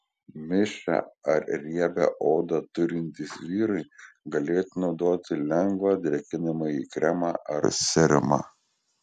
mišrią ar riebią odą turintys vyrai galėtų naudoti lengvą drėkinamąjį kremą ar serumą